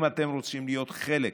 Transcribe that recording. אם אתם רוצים להיות חלק